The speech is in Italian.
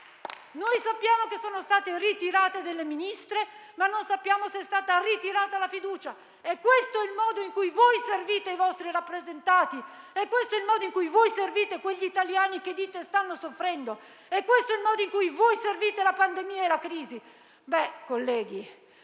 è. Sappiamo che sono stati ritirati dei Ministri, ma non sappiamo se è stata ritirata la fiducia. È questo il modo in cui voi servite i vostri rappresentati? È questo il modo in cui voi servite quegli italiani che dite stanno soffrendo? È questo il modo in cui voi seguite la pandemia e la crisi?